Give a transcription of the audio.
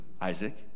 Isaac